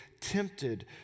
tempted